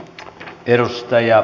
kerrosta ja